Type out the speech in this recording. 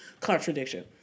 Contradiction